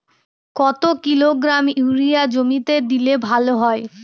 কত kilogram urea জমিতে দিলে ভালো হয়?